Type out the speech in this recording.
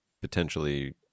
potentially